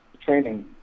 training